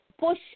Push